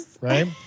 right